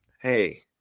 Hey